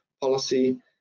policy